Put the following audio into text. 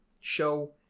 show